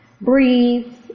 breathe